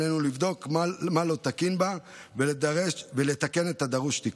עלינו לבדוק מה לא תקין בה ולתקן את הדרוש תיקון.